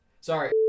sorry